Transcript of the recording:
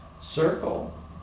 Circle